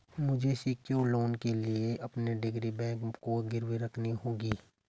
मुझे secured loan लेने के लिए अपनी डिग्री बैंक को गिरवी रखनी होगी